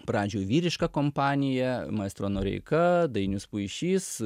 pradžioj vyriška kompanija maestro noreika dainius puišys